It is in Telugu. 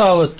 కావచ్చు